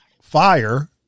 fire